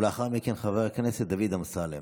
בבקשה, ולאחר מכן חבר הכנסת דוד אמסלם.